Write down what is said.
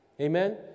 Amen